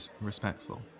respectful